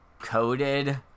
coded